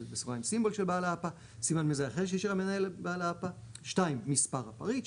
(symbol) של בעל האפ"א; סימן מזהה אחר שאישר המנהל לבעל האפ"א; מספר הפריט,